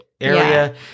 area